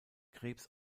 krebs